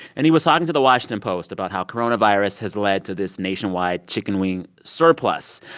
and he was talking to the washington post about how coronavirus has led to this nationwide chicken wing surplus.